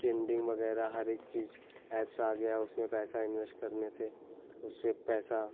trending वगैरह हरेक चीज़ ऐप्स आ गया उसमें पैसा इन्वेस करने से उससे पैसा